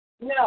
no